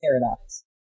paradox